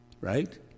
right